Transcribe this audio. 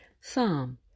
Psalm